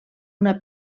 una